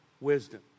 wisdom